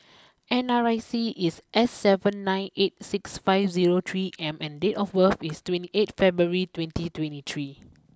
N R I C is S seven nine eight six five zero three M and date of birth is twenty eight February twenty twenty three